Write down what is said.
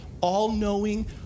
all-knowing